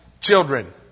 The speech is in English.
children